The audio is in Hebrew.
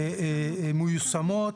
מיושמות.